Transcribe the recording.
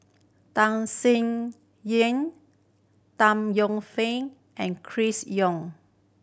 Tham Sien Yen Tan Yeo Fern and Chris Yeo